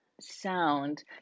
sound